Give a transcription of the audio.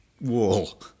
Wall